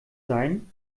sein